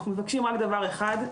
אנחנו מבקשים רק דבר אחד,